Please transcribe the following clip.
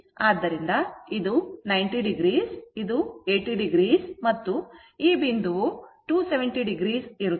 ಆದ್ದರಿಂದ ಇದು 90o ಇದು 80o ಮತ್ತು ಈ ಬಿಂದುವು 270o ಇರುತ್ತದೆ